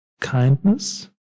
kindness